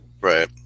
right